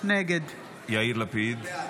נגד יאיר לפיד.